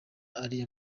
ariya